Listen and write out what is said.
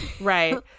Right